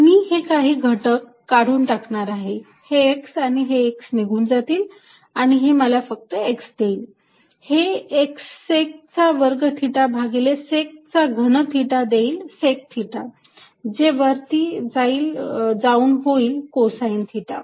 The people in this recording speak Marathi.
मी येथे काही घटक काढून टाकणार आहे हे x आणि हे x निघून जातील आणि हे मला फक्त x देईल हे x सेक चा वर्ग थिटा भागिले सेक चा घन थिटा देईल सेक थिटा जे वरती जाऊन होईल कोसाईन थिटा